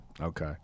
Okay